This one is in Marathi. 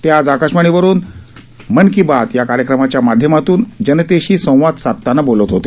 ते आज आकाशवाणीवरून आज मन की बात या कार्यक्रमाच्या माध्यमातून जनतेशी संवाद साधताना बोलत होते